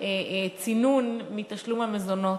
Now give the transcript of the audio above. צינון מתשלום המזונות,